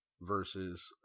versus